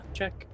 check